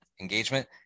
engagement